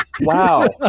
Wow